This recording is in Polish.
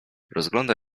rozgląda